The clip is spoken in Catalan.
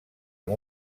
amb